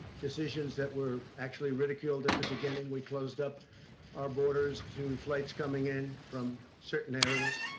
decisions that were actually ridiculed at the beginning, we closed up our boarders to flights coming in from certain areas,